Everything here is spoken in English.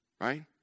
right